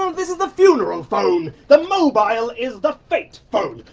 um this is the funeral phone, the mobile is the fete phone,